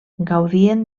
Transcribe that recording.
gaudien